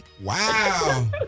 Wow